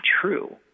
true